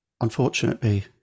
unfortunately